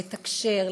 לתקשר,